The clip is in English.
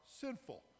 sinful